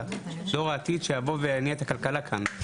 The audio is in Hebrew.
דור העתיד שיבוא ויניע את הכלכלה כאן,